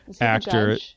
actor